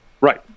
Right